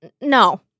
No